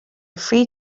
free